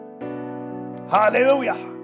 Hallelujah